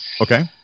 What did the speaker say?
Okay